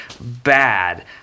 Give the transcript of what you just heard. bad